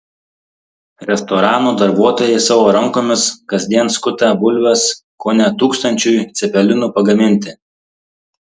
restoranų darbuotojai savo rankomis kasdien skuta bulves kone tūkstančiui cepelinų pagaminti